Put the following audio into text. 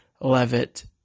Levitt